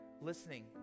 listening